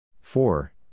four